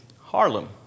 Harlem